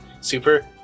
Super